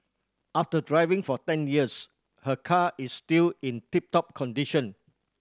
after driving for ten years her car is still in tip top condition